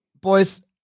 Boys